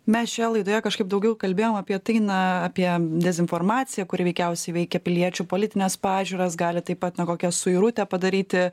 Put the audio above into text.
mes šioje laidoje kažkaip daugiau kalbėjom apie tai na apie dezinformaciją kuri veikiausiai veikia piliečių politines pažiūras gali taip pat na kokią suirutę padaryti